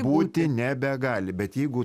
būti nebegali bet jeigu